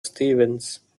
stevens